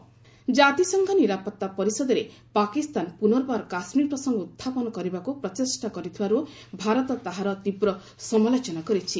India Pakistan ଜାତିସଂଘ ନିରାପତ୍ତା ପରିଷଦରେ ପାକିସ୍ତାନ ପୁନର୍ବାର କାଶ୍କୀର ପ୍ରସଙ୍ଗ ଉତ୍ଥାପନ କରିବାକୁ ପ୍ରଚେଷ୍ଟା କରିଥିବାରୁ ଭାରତ ତାହାର ତୀବ୍ର ସମାଲୋଚନା କରିଛି